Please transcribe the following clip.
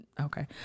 Okay